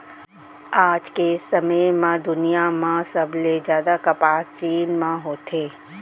आज के समे म दुनिया म सबले जादा कपसा चीन म होथे